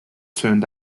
turned